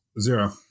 zero